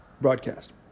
broadcast